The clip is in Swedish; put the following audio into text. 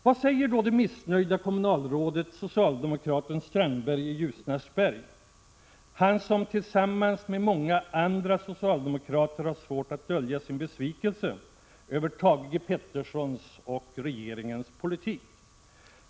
Vad säger då det missnöjda kommunalrådet, socialdemokraten Strandberg i Ljusnarsberg — han som tillsammans med många andra socialdemokrater har svårt att dölja sin besvikelse över Thage G. Petersons och regeringens politik?